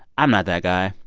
i'm not that guy.